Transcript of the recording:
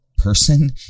person